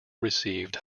received